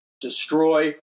destroy